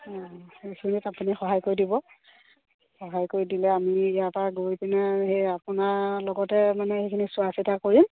অঁ সেইখিনিত আপুনি সহায় কৰি দিব সহায় কৰি দিলে আমি ইয়াৰ পৰা গৈ পিনে সেই আপোনাৰ লগতে মানে সেইখিনি চোৱা চিতা কৰিম